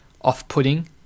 off-putting